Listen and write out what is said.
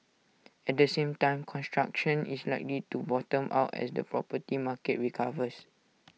at the same time construction is likely to bottom out as the property market recovers